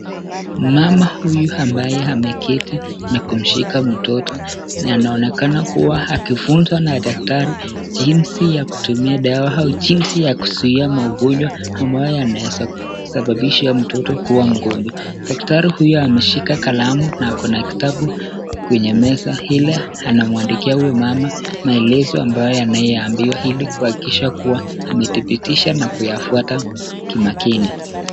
Mama huyu ambaye ameketi na kumshika mtoto anaonekana akifunzwa na daktari jinsi ya kutumia dawa au jinsi ya kuzuia maugonjwa ambayo yanaweza sababisha mtoto kuwa mgonjwa. Daktari huyu ameshika kalamu na ako na kitabu kwenye meza ile anamwandikia huyo mama maelezo ambayo anayo ambiwa ili kuhakikisha kuwa ameyadhibitisha na kuyafuata kimakini.